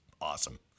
Awesome